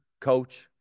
coach